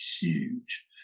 huge